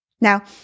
Now